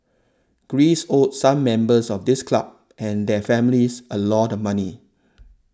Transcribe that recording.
Greece owed some members of this club and their families a lot money